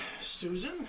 Susan